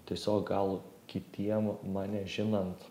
tiesiog gal kitiem mane žinant